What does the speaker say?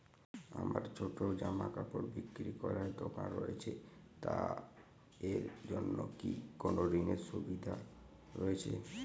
আমার ছোটো জামাকাপড় বিক্রি করার দোকান রয়েছে তা এর জন্য কি কোনো ঋণের সুবিধে রয়েছে?